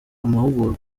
amahugurwa